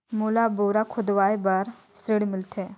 मोला बोरा खोदवाय बार ऋण मिलथे?